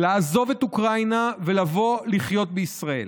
לעזוב את אוקראינה ולבוא לחיות בישראל.